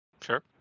Sure